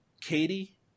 Katie